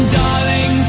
darling